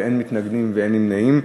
אין מתנגדים ואין נמנעים.